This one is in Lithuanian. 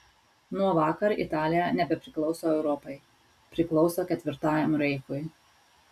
nuo vakar italija nebepriklauso europai priklauso ketvirtajam reichui